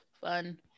fun